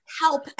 help